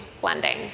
blending